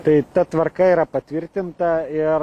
tai ta tvarka yra patvirtinta ir